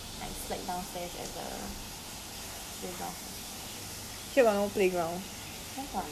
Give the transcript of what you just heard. ya maybe or maybe I slack downstairs at the playground there